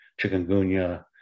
Chikungunya